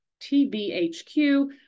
TBHQ